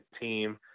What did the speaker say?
team